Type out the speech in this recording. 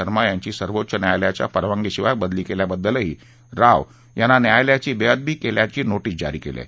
शर्मा यांची सर्वोच्च न्यायालयाच्या परवानगीशिवाय बदली केल्याबद्दलही राव यांना न्यायालयाची बेदअबी केल्याची नोटीस जारी केली आहे